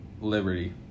Liberty